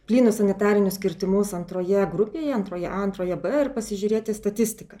plynus sanitarinius kirtimus antroje grupėje antroje a antroje b ir pasižiūrėt į statistiką